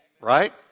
right